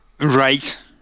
Right